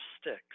sticks